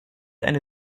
eine